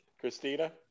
christina